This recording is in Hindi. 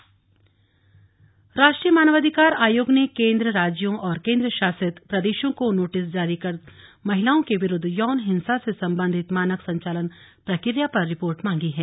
राष्ट्रीय मानवाधिकार आयोग राष्ट्रीय मानवाधिकार आयोग ने केन्द्र राज्यों और केन्द्र शासित प्रदेशों को नोटिस जारी कर महिलाओं के विरुद्ध यौन हिंसा से संबंधित मानक संचालन प्रक्रिया पर रिपोर्ट मांगी है